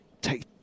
take